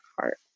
heart